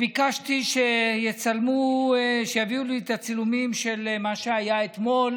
ביקשתי שיביאו לי את התצלומים של מה שהיה אתמול